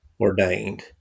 ordained